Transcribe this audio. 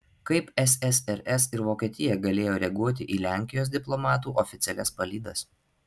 kaip ssrs ir vokietija galėjo reaguoti į lenkijos diplomatų oficialias palydas